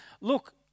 look